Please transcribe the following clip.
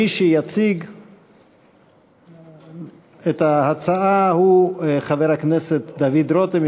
מי שיציג את ההצעה הוא חבר הכנסת דוד רותם,